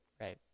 right